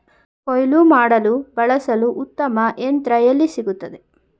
ಕುಯ್ಲು ಮಾಡಲು ಬಳಸಲು ಉತ್ತಮ ಯಂತ್ರ ಎಲ್ಲಿ ಸಿಗುತ್ತದೆ?